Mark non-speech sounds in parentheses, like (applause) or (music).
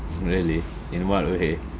really in what way (laughs)